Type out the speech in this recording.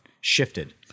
shifted